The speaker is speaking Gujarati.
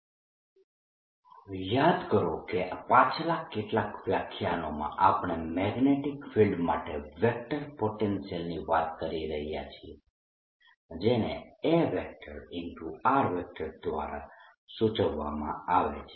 કરંટ ડેન્સિટીઝમાંથી વેક્ટર પોટેન્શિયલ - 1 યાદ કરો કે પાછલા કેટલાક વ્યાખ્યાનોમાં આપણે મેગ્નેટીક ફિલ્ડ માટે વેક્ટર પોટેન્શિયલ ની વાત કરી રહ્યા છીએ જેને A દ્વારા સૂચવવામાં આવે છે